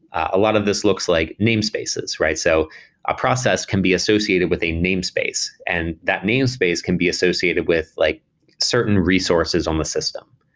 a lot of this looks like name spaces, right? so a process can be associated with a namespace, and that namespace can be associated with like certain resources on the system.